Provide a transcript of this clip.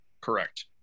Correct